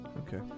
okay